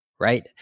right